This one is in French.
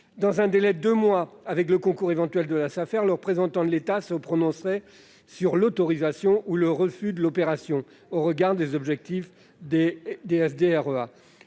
Dans un délai de deux mois, avec le concours éventuel de la Safer, le représentant de l'État se prononcerait sur l'autorisation ou le refus de l'opération au regard des objectifs des